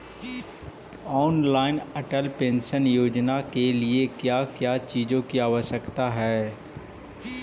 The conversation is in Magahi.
ऑनलाइन अटल पेंशन योजना के लिए क्या क्या चीजों की आवश्यकता है?